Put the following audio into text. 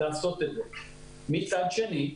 מצד שני,